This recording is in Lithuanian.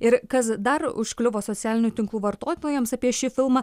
ir kas dar užkliuvo socialinių tinklų vartotojams apie šį filmą